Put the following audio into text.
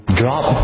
drop